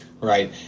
Right